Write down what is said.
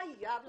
חייב לעשות,